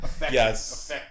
Yes